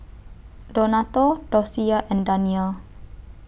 Donato Docia and Danyel